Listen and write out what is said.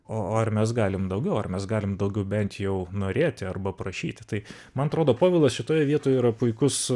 o o ar mes galim daugiau ar mes galim daugiau bent jau norėti arba prašyti tai man atrodo povilas šitoje vietoje yra puikus